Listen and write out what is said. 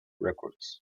records